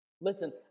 Listen